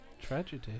Tragedy